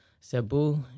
Cebu